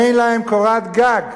אין להם קורת גג.